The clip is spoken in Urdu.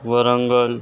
ورنگل